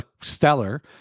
stellar